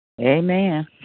Amen